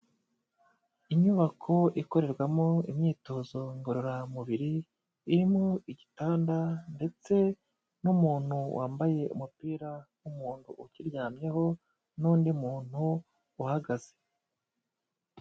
Inyubako ikorerwamo imyitozo ngororamubiri, irimo igitanda ndetse n'umuntu wambaye umupira w'umuhondo ukiryamyeho n'undi muntu uhagaze.